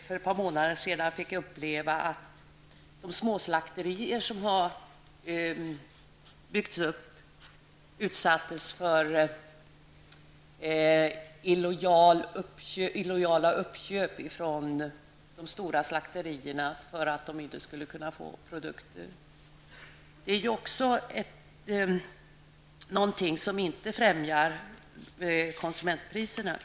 För ett par månader sedan fick vi uppleva att de småslakterier som har byggts upp utsattes för att de stora slakterierna gjorde illojala uppköp för att de förra inte skulle kunna få produktleveranser. Inte heller det är något som främjar konsumentpriserna.